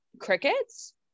crickets